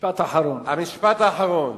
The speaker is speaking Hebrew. משפט אחרון.